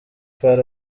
part